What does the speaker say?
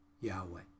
Yahweh